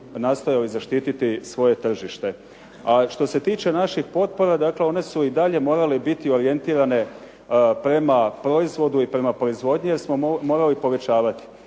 nastojali zaštititi svoje tržište. A što se tiče naših potpora, dakle one su i dalje morale biti orijentirane prema proizvodu i prema proizvodnji jer smo morali povećavati.